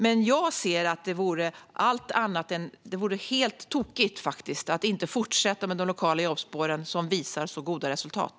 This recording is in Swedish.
Men jag anser att det vore helt tokigt att inte fortsätta med de lokala jobbspåren, som visar så goda resultat.